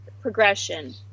progression